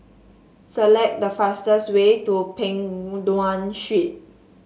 select the fastest way to Peng Nguan Street